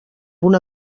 una